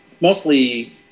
mostly